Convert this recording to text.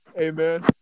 Amen